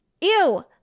ew